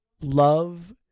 love